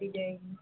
मिल जाएगी